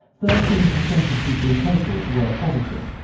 thirteen percent of people in total were positive,